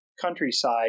countryside